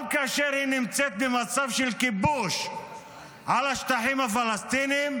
גם כאשר היא נמצאת במצב של כיבוש על השטחים הפלסטינים,